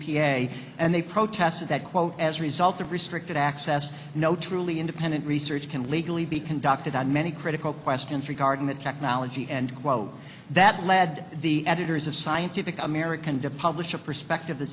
a and they protested that quote as a result of restricted access no truly independent research can legally be conducted on many critical questions regarding the technology and quot that led the editors of scientific american deposits of perspective the